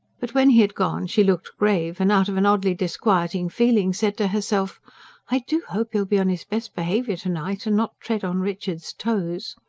but when he had gone she looked grave, and out of an oddly disquieting feeling said to herself i do hope he'll be on his best behaviour to-night, and not tread on richard's toes.